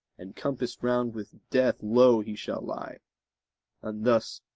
and compassed round with death low he shall lie and thus,